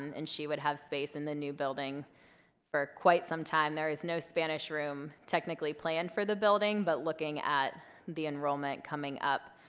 and and she would have space in the new building for quite some time. there is no spanish room technically planned for the building but looking at the enrollment coming up,